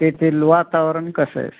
तेथील वातावरण कसं आहे